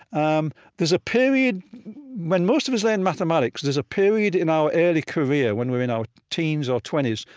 um there's a period when most of us learn mathematics, there's a period in our early career when we're in our teens or twenty s,